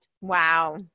Wow